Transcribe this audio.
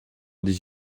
des